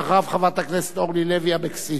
אדוני, ואחריו, חברת הכנסת אורלי לוי אבקסיס.